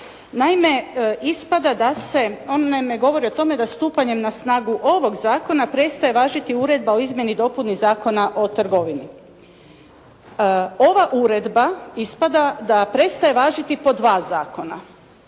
Naime, ispada da se on ne govori o tome da stupanjem na snagu ovog zakona prestaje važiti uredba o izmjeni i dopuni Zakona o trgovini. Ova uredba ispada da prestaje važiti po dva zakona.